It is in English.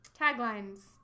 Taglines